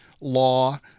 law